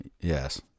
Yes